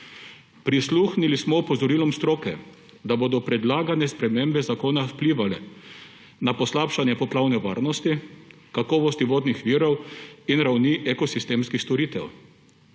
Prisluhnili smo opozorilom stroke, da bodo predlagane spremembe zakona vplivale na poslabšanje poplavne varnosti, kakovosti vodnih virov in ravni ekosistemskih storitev.